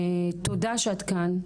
תודה שאת כאן.